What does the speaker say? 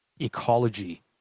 ecology